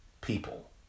people